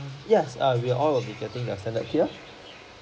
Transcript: yes ah we all will be getting the standard tier